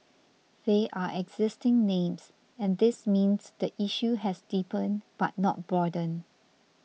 they are existing names and this means the issue has deepened but not broadened